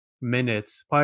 minutes